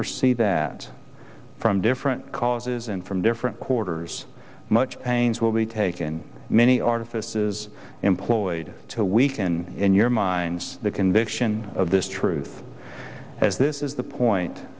perceive that from different causes and from different quarters much pains will be taken many artifices employed to weaken in your minds the conviction of this truth as this is the point